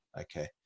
Okay